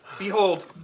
Behold